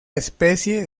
especie